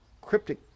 cryptic